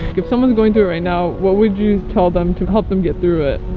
if someone's going through it right now, what would you tell them to help them get through it?